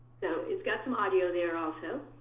so it's got some audio there also.